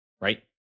Right